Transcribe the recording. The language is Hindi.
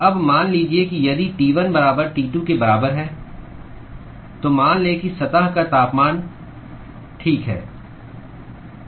अब मान लीजिए कि यदि T1 बराबर T2 के बराबर है तो मान लें कि सतह का तापमान ठीक है